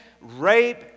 rape